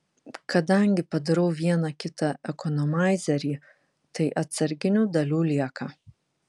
kadangi padarau vieną kitą ekonomaizerį tai atsarginių dalių lieka